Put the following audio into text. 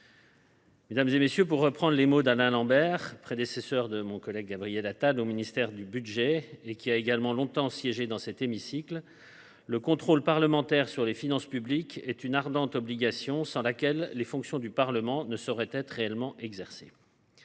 messieurs les sénateurs, pour reprendre les mots d’Alain Lambert, qui a été l’un des prédécesseurs de mon collègue Gabriel Attal au ministère du budget et qui a également longtemps siégé dans cet hémicycle, le contrôle parlementaire sur les finances publiques est une « ardente obligation sans laquelle les fonctions du Parlement ne sauraient être réellement exercées